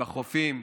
בחופים,